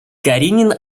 каренин